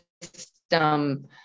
system